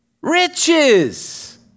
riches